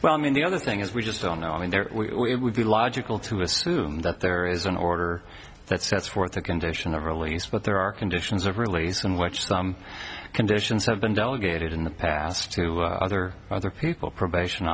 well i mean the other thing is we just don't know and there it would be logical to assume that there is an order that sets forth a condition of release but there are conditions of release from which some conditions have been delegated in the past to other other people probation